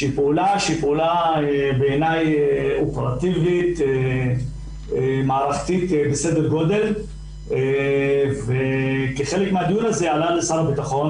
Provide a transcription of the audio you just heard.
פעולה שבעיני היא מערכתית בסדר גודל וחלק מהדיון הזה עלה לשר הביטחון.